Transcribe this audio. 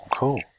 cool